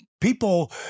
people